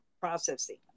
processing